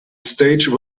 stage